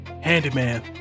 handyman